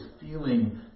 feeling